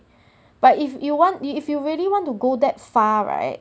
but if you want you if you really want to go that far right